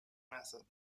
method